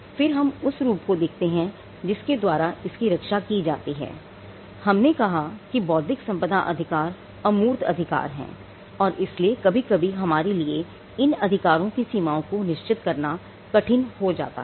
फिर हम उस रूप को देखते हैं जिसके द्वारा इसकी रक्षा की जाती है हमने कहा कि बौद्धिक संपदा अधिकार अमूर्त अधिकार हैं और इसलिए कभी कभी हमारे लिए इन अधिकारों की सीमाओं को निश्चित करना कठिन हो जाता है